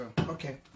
Okay